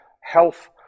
health